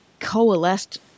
coalesced